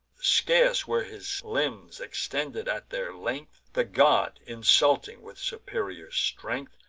scarce were his limbs extended at their length, the god, insulting with superior strength,